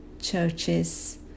churches